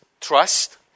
trust